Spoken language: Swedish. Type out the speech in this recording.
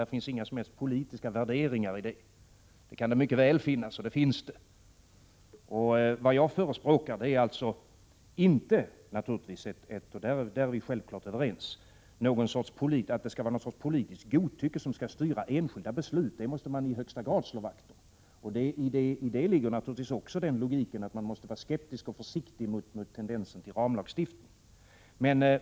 Det finns inga som helst värderingar i detta. Men det kan det mycket väl finnas — och sådana finns också. Vad jag förespråkar är alltså, naturligtvis, — och på den punkten är vi självfallet överens — att någon sorts politiskt godtycke inte får styra enskilda beslut. Det måste man i högsta grad slå vakt om, och i det ligger naturligtvis logiken att man måste vara skeptisk och försiktig när det gäller tendensen till ramlagstiftning.